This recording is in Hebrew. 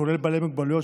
כולל בעלי מוגבלויות,